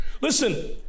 Listen